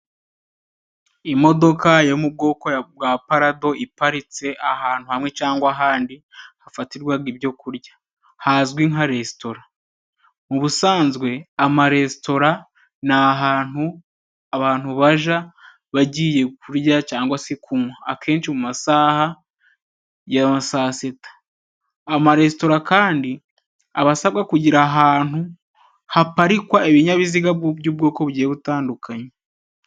Imodoka yo mu bwoko bwa parado iparitse ahantu hamwe cyangwa ahandi, hafatirwaga ibyo kurya. Hazwi nka resitatora. Mu busanzwe amaresitora ni ahantu abantu baja bagiye kurya cyangwa se kunywa akenshi mu masaha ya saa sita. Amaresitora kandi aba asabwa kugira ahantu haparikwa ibinyabiziga by'ubwoko bugiye butandukanye.